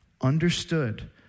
understood